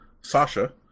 Sasha